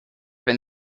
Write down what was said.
been